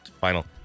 final